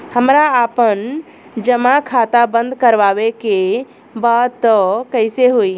हमरा आपन जमा खाता बंद करवावे के बा त कैसे होई?